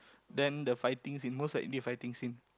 then the fighting scene most likely a fighting scene